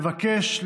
לבקש,